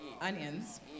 onions